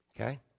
Okay